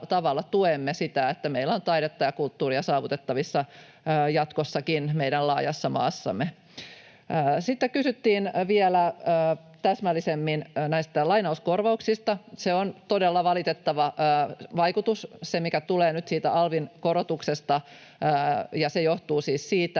maassamme on taidetta ja kulttuuria saavutettavissa jatkossakin. Sitten kysyttiin vielä täsmällisemmin näistä lainauskorvauksista. Se on todella valitettava vaikutus, mikä tulee nyt siitä alvin korotuksesta, ja se johtuu siis siitä,